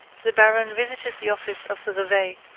the baron visited the office of the reveil,